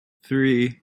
three